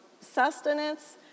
sustenance